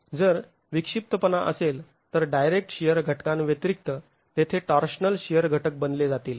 जर विक्षिप्तपणा असेल तर डायरेक्ट शिअर घटकांव्यतिरिक्त तेथे टॉर्शनल शिअर घटक बनले जातील